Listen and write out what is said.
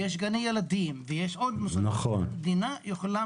יש גני ילדים ויש עוד מוסדות שהמדינה יכולה